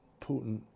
Putin